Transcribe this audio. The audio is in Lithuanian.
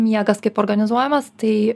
miegas kaip organizuojamas tai